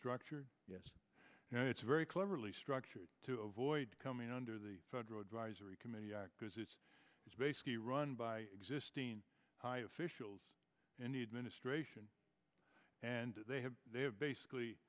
structured yes it's very cleverly structured to avoid coming under the federal advisory committee act because it's basically run by existing high officials in the administration and they have they have basically